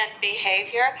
behavior